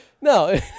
No